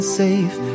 safe